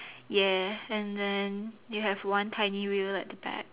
ya and then you have one tiny wheel at the back